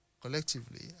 collectively